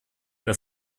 das